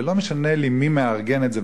ולא משנה לי מי מארגן את זה,